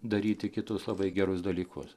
daryti kitus labai gerus dalykus